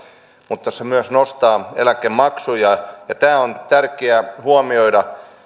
mutta se myös nostaa eläkemaksuja ja on tärkeää huomioida